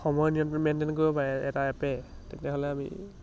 সময় নিয়ন্ত্ৰন মেইনটেইন কৰিব পাৰে এটা এপে তেতিয়াহ'লে আমি